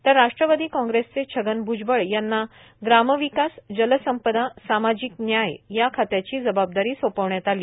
तर राष्ट्रवादी कांग्रेसचे छगन भ्जबळ यांना ग्रामविकास जलसंपदा सामाजिक न्याय या खात्याची जबाबदारी सोपविण्यात आली